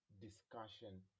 discussion